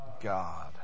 god